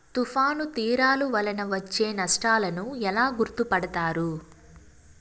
తుఫాను తీరాలు వలన వచ్చే నష్టాలను ఎలా గుర్తుపడతారు?